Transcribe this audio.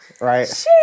Right